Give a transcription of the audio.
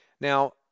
Now